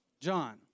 John